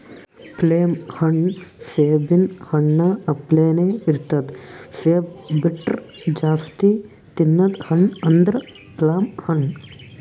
plum ಹಣ್ಣ್ ಸೇಬಿನ್ ಹಣ್ಣ ಅಪ್ಲೆನೇ ಇರ್ತದ್ ಸೇಬ್ ಬಿಟ್ರ್ ಜಾಸ್ತಿ ತಿನದ್ ಹಣ್ಣ್ ಅಂದ್ರ ಪ್ಲಮ್ ಹಣ್ಣ್